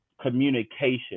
communication